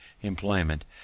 employment